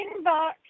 inbox